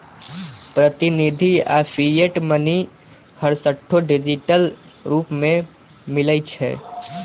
प्रतिनिधि आऽ fiat money हरसठ्ठो डिजिटल रूप में मिलइ छै